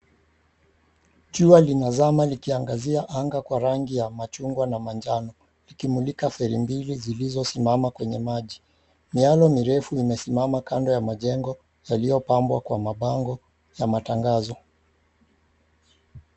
Jua limezama likiangazia anga kwa rangi ya mchungwa na manjano likimulika feri mbili zilizosimama kwenye maji. Miyalo mirefu limesimama kando ya majengo yaliyopambwa kwa mabango ya matangazo.